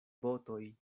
botoj